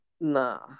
Nah